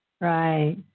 right